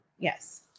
Yes